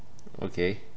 okay